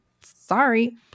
sorry